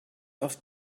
off